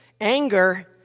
Anger